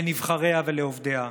לנבחריה ולעובדיה.